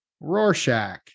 Rorschach